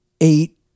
eight